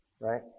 Right